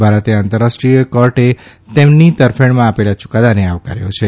ભારતે આંતરરાષ્ટ્રીય કોર્ટે તેમની તરફેણમાં આપેલા યુકાદાને આવકાર્યો છે